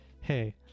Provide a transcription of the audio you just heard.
hey